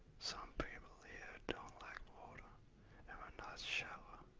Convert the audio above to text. some people here don't like water and will not shower.